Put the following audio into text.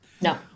No